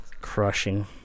Crushing